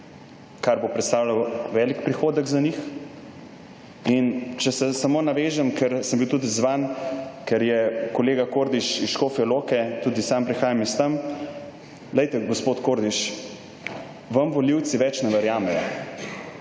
kar bo predstavljalo velik prihodek za njih. In če se samo navežem, ker sem bil tudi izzvan, ker je kolega Kordiš iz Škofje Loke, tudi sam prihajam iz tam. Glejte, gospod Kordiš, vam volivci več ne verjamejo.